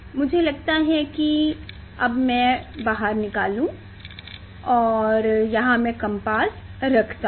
मुझे लगता है कि है मैं इसे बाहर निकालूं और यहां मैं कम्पास रखता हूँ